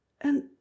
And